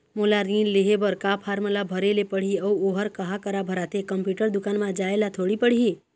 मोला ऋण लेहे बर का फार्म ला भरे ले पड़ही अऊ ओहर कहा करा भराथे, कंप्यूटर दुकान मा जाए ला थोड़ी पड़ही?